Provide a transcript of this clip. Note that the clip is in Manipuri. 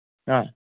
ꯑꯥ